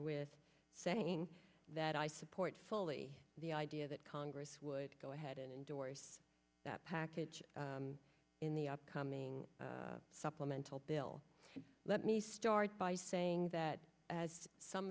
with saying that i support fully the idea that congress would go ahead and indoors that package in the upcoming supplemental bill let me start by saying that as some